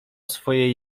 swoje